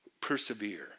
persevere